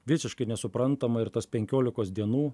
visiškai nesuprantama ir tas penkiolikos dienų